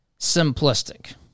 simplistic